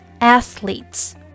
athletes